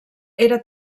era